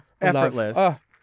Effortless